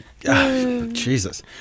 Jesus